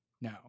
no